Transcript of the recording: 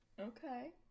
Okay